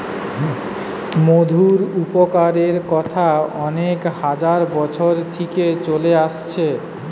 মধুর উপকারের কথা অনেক হাজার বছর থিকে চলে আসছে